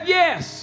yes